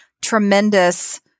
tremendous